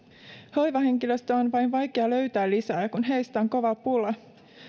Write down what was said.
hoivahenkilöstöä on vain vaikea löytää lisää kun heistä on kova pula